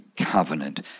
covenant